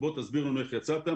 תסביר לנו איך יצאת,